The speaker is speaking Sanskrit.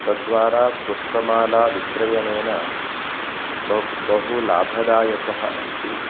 तद्वारा पुष्पमालाविक्रयणेन ब बहु लाभदायकः अस्ति